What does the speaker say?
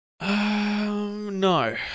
No